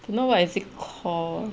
don't know what is it called